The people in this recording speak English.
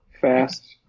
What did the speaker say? fast